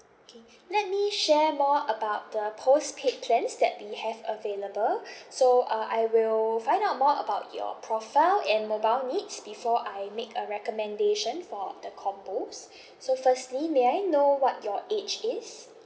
okay let me share more about the postpaid plans that we have available so uh I will find out more about your profile and mobile needs before I make a recommendation for the combos so firstly may I know what your age is